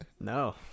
no